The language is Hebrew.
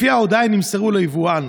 לפי ההודעה, הן נמסרו ליבואן.